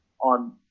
on